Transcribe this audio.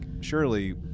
surely